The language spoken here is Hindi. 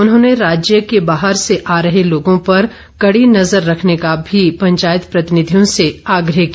उन्होंने राज्य के बाहर से आ रहे लोगों पर कड़ी नजर रखने का भी पंचायत प्रतिनिधियों से आग्रह किया